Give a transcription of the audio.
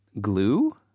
glue